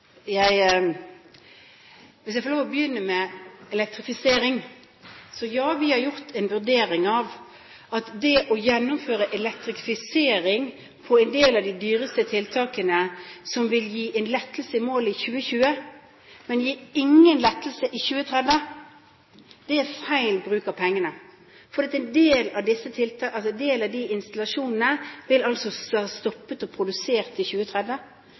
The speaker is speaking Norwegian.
jeg får lov å begynne med elektrifisering, så har vi gjort en vurdering av at det å gjennomføre elektrifisering på en del av de dyreste tiltakene som vil gi en lettelse i mål i 2020, men ingen lettelse i 2030, er feil bruk av pengene, for en del av de installasjonene vil ha stoppet å produsere i 2030.